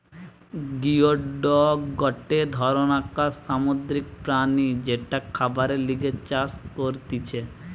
geoduck গটে ধরণকার সামুদ্রিক প্রাণী যেটা খাবারের লিগে চাষ করতিছে